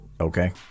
Okay